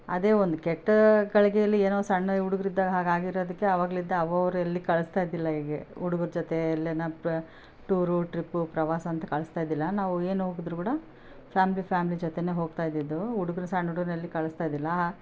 ಅದೇ ಒಂದು ಕೆಟ್ಟ ಗಳಿಗೆಯಲ್ಲಿ ಏನೋ ಸಣ್ಣ ಹುಡುಗ್ರು ಇದ್ದಾಗ ಹಾಗೆ ಆಗಿರೋದಕ್ಕೆ ಅವಾಗಿಂದ ಅವ್ವಾರು ಎಲ್ಲಿಗೂ ಕಳಿಸ್ತಾ ಇದ್ದಿಲ್ಲ ಹೀಗೆ ಹುಡುಗ್ರ ಜೊತೆಯಲ್ಲೇನಪ್ಪ ಟೂರು ಟ್ರಿಪ್ಪು ಪ್ರವಾಸ ಅಂತ ಕಳಿಸ್ತಾ ಇದ್ದಿಲ್ಲ ನಾವು ಏನು ಹೋಗಿದ್ರೂ ಕೂಡ ಫ್ಯಾಮ್ಲಿ ಫ್ಯಾಮ್ಲಿ ಜೊತೆಗೇ ಹೋಗ್ತಾ ಇದ್ದಿದ್ದು ಹುಡುಗ್ರು ಸಣ್ಣ ಹುಡುಗ್ರನ್ನು ಎಲ್ಲಿ ಕಳಿಸ್ತಾ ಇದಿಲ್ಲ